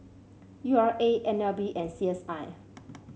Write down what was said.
U R A N L B and C S I